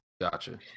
Gotcha